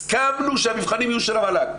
הסכמנו שהמבחנים יהיו של המל"ג,